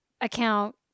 account